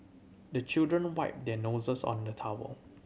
the children wipe their noses on the towel